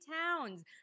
towns